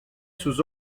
sus